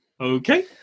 Okay